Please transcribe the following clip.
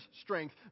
strength